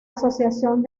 asociación